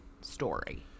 story